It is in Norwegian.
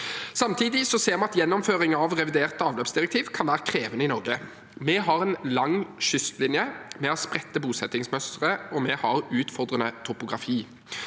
Samtidig ser vi at gjennomføringen av revidert avløpsdirektiv kan være krevende i Norge. Vi har en lang kystlinje, vi har et spredt bosettingsmønster, og vi har en utfordrende topografi.